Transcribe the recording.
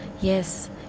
yes